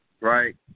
right